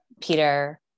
Peter